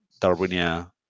Darwinia